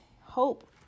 hope